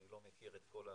אני לא מכיר את כל ההשתלשלות,